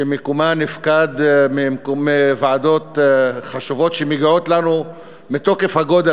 שמקומה שנפקד מוועדות חשובות מגיע לנו מתוקף הגודל.